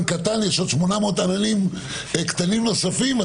קטן יש עוד 800 עננים קטנים נוספים.